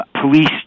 police